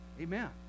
Amen